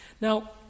Now